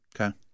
Okay